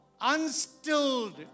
unstilled